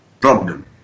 problem